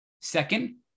Second